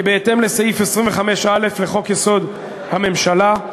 כי בהתאם לסעיף 25(א) לחוק-יסוד: הממשלה,